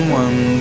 one